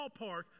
ballpark